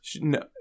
No